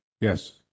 Yes